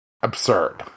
absurd